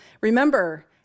Remember